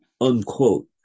unquote